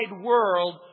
world